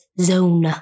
zone